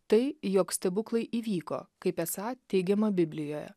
tai jog stebuklai įvyko kaip esą teigiama biblijoje